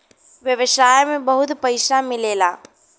व्यवसाय में बहुत पइसा मिलेला